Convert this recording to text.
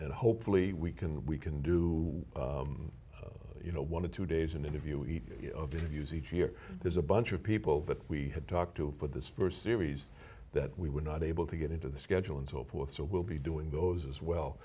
and hopefully we can we can do you know one of two days an interview each of these views each year there's a bunch of people that we had talked to for this first series that we were not able to get into the schedule and so forth so we'll be doing those as well